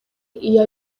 iyo